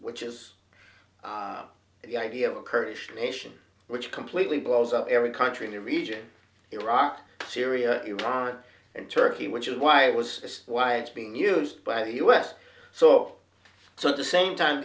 which is the idea of a kurdish nation which completely blows up every country in the region iraq syria iran and turkey which is why it was why it's being used by the us so so the same time